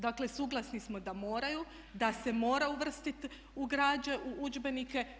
Dakle, suglasni smo da moraju, da se mora uvrstiti u građe u udžbenike.